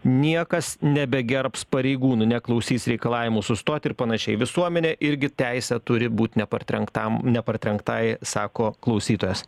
niekas nebegerbs pareigūnų neklausys reikalavimų sustoti ir panašiai visuomenė irgi teisę turi būt ne partrenktam ne partrenktai sako klausytojas